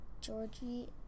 Georgie